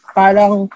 parang